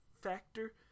factor